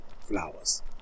flowers